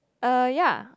uh ya